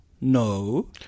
No